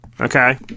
okay